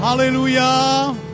Hallelujah